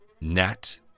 Nat